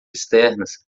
externas